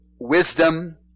Wisdom